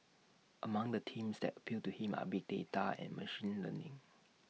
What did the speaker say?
among the themes that appeal to him are big data and machine learning